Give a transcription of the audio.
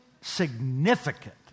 significant